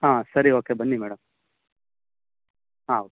ಹಾಂ ಸರಿ ಓಕೆ ಬನ್ನಿ ಮೇಡಮ್ ಹಾಂ